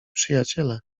przyjaciele